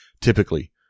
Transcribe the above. typically